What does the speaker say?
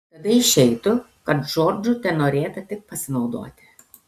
tada išeitų kad džordžu tenorėta tik pasinaudoti